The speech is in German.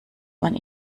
man